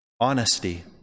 honesty